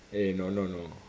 eh no no no